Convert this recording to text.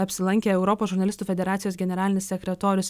apsilankė europos žurnalistų federacijos generalinis sekretorius